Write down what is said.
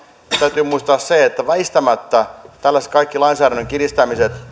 täytyy muistaa se että väistämättä tällaiset kaikki lainsäädännön kiristämiset